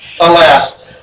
Alas